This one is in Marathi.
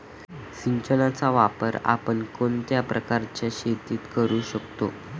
सिंचनाचा वापर आपण कोणत्या प्रकारच्या शेतीत करू शकतो?